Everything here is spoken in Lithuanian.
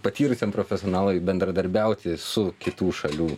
patyrusiam profesionalui bendradarbiauti su kitų šalių